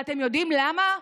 ואתם יודעים למה?